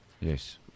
Yes